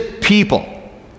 people